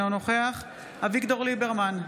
אינו נוכח אביגדור ליברמן,